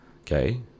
okay